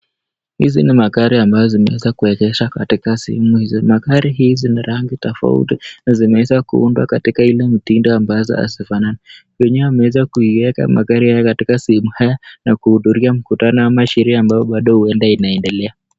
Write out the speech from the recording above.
Hizi ni magari ambazo zimeweza kuegeshwa katika sehemu hizo. Magari hii zina rangi tofauti na zimeweza kuundwa katika ile mtindo ambazo hazifanani. Wenyewe wameweza kuiweka magari hayo katika sehemu haya na kuhudhuria mkutano ama sherehe ambayo bado huenda inaendelea.